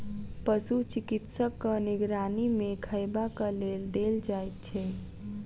पशु चिकित्सकक निगरानी मे खयबाक लेल देल जाइत छै